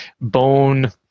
bone